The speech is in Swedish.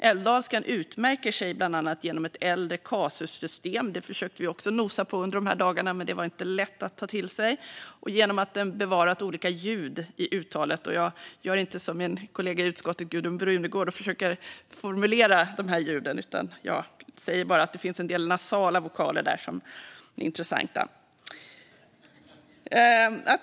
Älvdalskan utmärker sig bland annat genom ett äldre kasussystem - det försökte vi också nosa på under de här dagarna, men det var inte lätt att ta till sig - och genom att den bevarat olika ljud i uttalet. Jag gör inte som utskottskollegan Gudrun Brunegård och försöker uttala dessa ljud utan säger bara att det finns en del nasala vokaler som är intressanta.